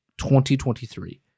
2023